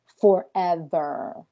forever